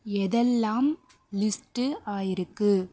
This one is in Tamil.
எதைல்லாம் லிஸ்ட்டு ஆயிருக்கு